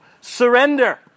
Surrender